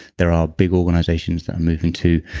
there are big organizations that are moving to